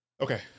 okay